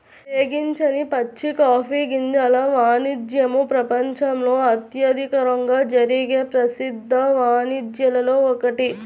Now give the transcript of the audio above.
వేగించని పచ్చి కాఫీ గింజల వాణిజ్యము ప్రపంచంలో అత్యధికంగా జరిగే ప్రసిద్ధ వాణిజ్యాలలో ఒకటి